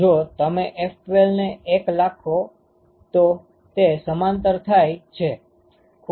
જો તમે F12 ને 1 લખો તો તે સમાંતર થાય છે